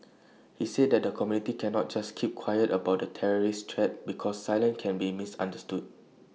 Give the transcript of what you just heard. he said that the community cannot just keep quiet about the terrorist threat because silence can be misunderstood